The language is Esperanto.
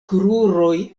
kruroj